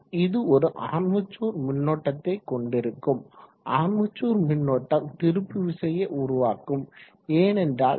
இது ஒரு ஆர்மெச்சூர் மின்னோட்டத்தைக் கொண்டிருக்கும் ஆர்மெச்சூர் மின்னோட்டம் திருப்புவிசையை உருவாக்கும் ஏனென்றால் டி